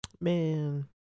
man